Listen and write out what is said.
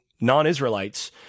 non-Israelites